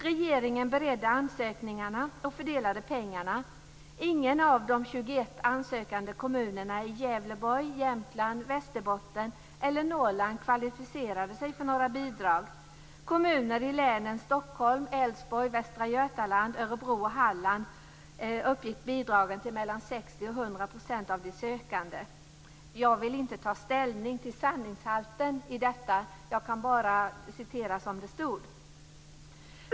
Regeringen beredde ansökningarna och fördelade pengarna. Ingen av de 21 ansökande kommunerna i Gävleborg, Jämtland, Västerbotten eller Norrland kvalificerade sig för några bidrag. I kommuner i länen Stockholm, Älvsborg, Västra Götaland, Örebro och Halland uppgick bidragen till mellan 60 och 100 % av de sökande. Jag vill inte ta ställning till sanningshalten i detta. Jag kan bara citera vad som stod.